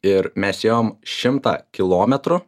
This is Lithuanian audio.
ir mes ėjom šimtą kilometrų